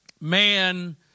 Man